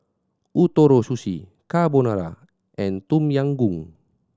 Ootoro Sushi Carbonara and Tom Yam Goong